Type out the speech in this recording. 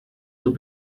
two